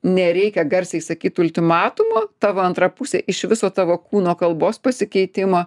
nereikia garsiai sakyt ultimatumo tavo antra pusė iš viso tavo kūno kalbos pasikeitimo